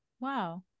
wow